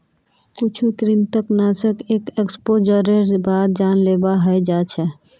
कुछु कृंतकनाशक एक एक्सपोजरेर बाद जानलेवा हय जा छ